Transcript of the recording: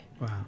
wow